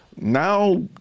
Now